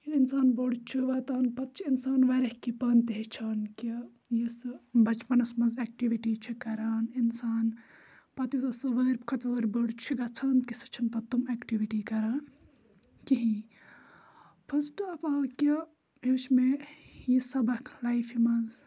ییٚلہِ اِنسان بوٚڈ چھُ واتان پَتہٕ چھُ اِنسان واریاہ کیٚنٛہہ پانہٕ تہِ ہیٚچھان کہِ یُس سُہ بَچپَنَس منٛز اٮ۪کٹِوِٹی چھِ کَران اِنسان پَتہٕ یوٗتاہ سُہ وٲرۍ کھۄتہٕ وٲرۍ بٔڑ چھِ گَژھان کہِ سُہ چھِنہٕ پَتہٕ تِم اٮ۪کٹِوِٹی کَران کِہیٖنۍ فٔسٹ آف آل کہِ ہیوٚچھ مےٚ یہِ سَبَق لایفہِ منٛز